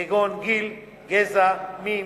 כגון גיל, גזע, מין,